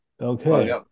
Okay